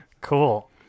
Cool